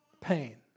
pain